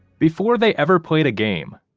before they ever played a game,